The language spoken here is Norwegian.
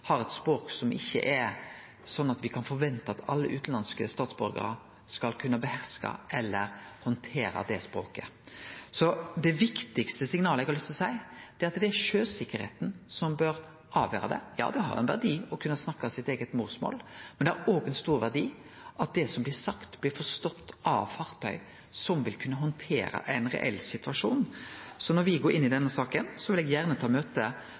har eit språk som me ikkje kan forvente at alle utanlandske statsborgarar skal kunne beherske eller handtere. Det viktigaste signalet eg har lyst til å gi, er at det er sjøsikkerheita som bør avgjere det. Ja, det har ein verdi å kunne snakke sitt eige morsmål, men det har òg ein stor verdi at det som blir sagt, blir forstått på fartøy som vil kunne handtere ein reell situasjon. Når me går inn i denne saka, vil eg gjerne ta eit møte